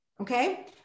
Okay